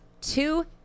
two